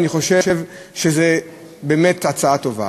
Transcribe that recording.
אני חושב שזו באמת הצעה טובה,